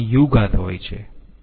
Ru હોય છે